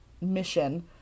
mission